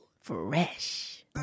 Fresh